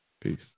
Peace